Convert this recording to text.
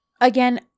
again